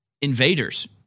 invaders